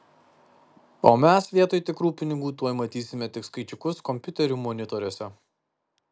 o mes vietoj tikrų pinigų tuoj matysime tik skaičiukus kompiuterių monitoriuose